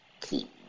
Keep